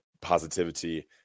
positivity